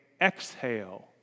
exhale